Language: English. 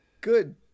good